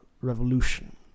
revolution